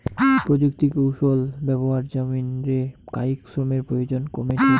প্রযুক্তিকৌশল ব্যবহার জমিন রে কায়িক শ্রমের প্রয়োজন কমেঠে